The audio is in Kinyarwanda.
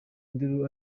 induru